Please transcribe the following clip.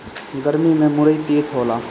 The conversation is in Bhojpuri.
गरमी में मुरई तीत होला